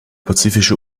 pazifische